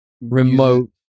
remote